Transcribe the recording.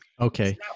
Okay